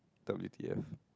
W_T_F